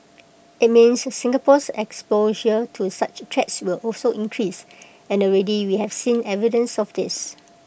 IT means Singapore's exposure to such threats will also increase and already we have seen evidence of this